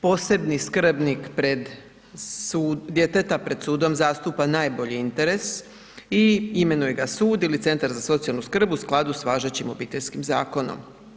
Posebni skrbnik djeteta pred sudom zastupa najbolji interes i imenuje ga sud ili centar za socijalnu skrb u skladu sa važećim Obiteljskim zakonom.